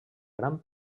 gran